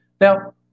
Now